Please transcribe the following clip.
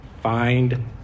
find